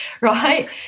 right